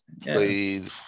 played